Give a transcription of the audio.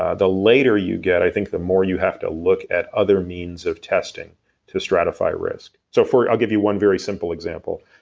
ah the later you get, i think the more you have to look at other means of testing to stratify risk so i'll give you one very simple example.